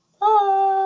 Bye